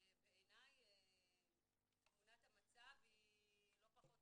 בעיניי תמונת המצב היא לא פחות